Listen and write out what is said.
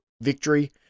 victory